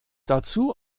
dazu